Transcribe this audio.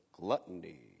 gluttony